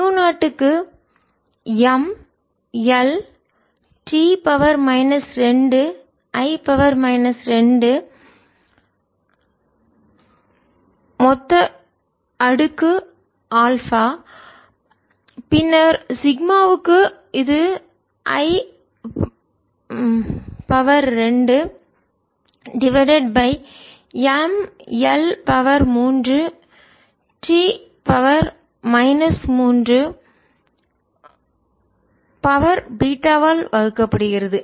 மியூ0 க்கு M L T 2 I 2 α பின்னர் சிக்மாவுக்கு இது I 2 divided by M L 3T 3 β வால் வகுக்கப்படுகிறது